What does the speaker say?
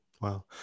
wow